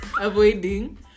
avoiding